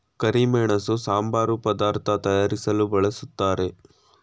ಕರಿಮೆಣಸು ಸಾಂಬಾರು ಪದಾರ್ಥ ತಯಾರಿಸಲು ಬಳ್ಸತ್ತರೆ